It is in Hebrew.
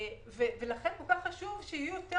לכן כל כך חשוב שיהיו יותר